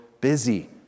busy